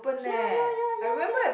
ya ya ya ya ya